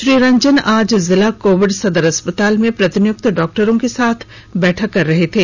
श्री रंजन आज जिला कोविड सदर अस्पताल में प्रतिनियुक्त डॉक्टरों के साथ बैठक कर रहे थे